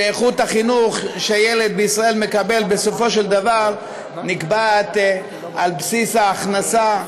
שאיכות החינוך שילד בישראל מקבל בסופו של דבר נקבעת על בסיס ההכנסה,